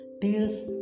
Tears